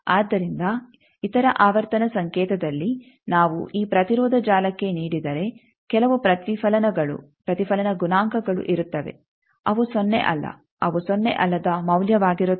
ಆದ್ದರಿಂದ ಇತರ ಆವರ್ತನ ಸಂಕೇತದಲ್ಲಿ ನಾವು ಈ ಪ್ರತಿರೋಧ ಜಾಲಕ್ಕೆ ನೀಡಿದರೆ ಕೆಲವು ಪ್ರತಿಫಲನಗಳು ಪ್ರತಿಫಲನ ಗುಣಾಂಕಗಳು ಇರುತ್ತವೆ ಅವು ಸೊನ್ನೆ ಅಲ್ಲ ಅವು ಸೊನ್ನೆ ಅಲ್ಲದ ಮೌಲ್ಯವಾಗಿರುತ್ತವೆ